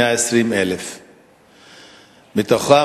120,000. מתוכם,